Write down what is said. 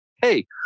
hey